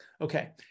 okay